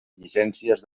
llicències